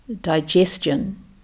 digestion